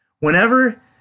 Whenever